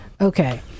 okay